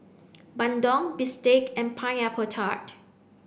Bandung bistake and pineapple tart